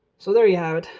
so there you have it.